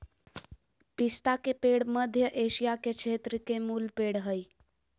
पिस्ता के पेड़ मध्य एशिया के क्षेत्र के मूल पेड़ हइ